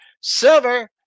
Silver